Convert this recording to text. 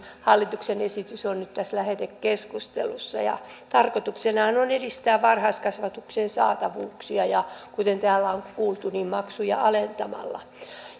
hallituksen esitys on nyt tässä lähetekeskustelussa tarkoituksenahan on edistää varhaiskasvatuksen saatavuuksia kuten täällä on kuultu maksuja alentamalla